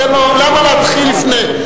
למה להתחיל לפני?